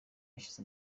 yashyize